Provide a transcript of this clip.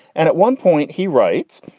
and at one point he writes,